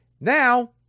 Now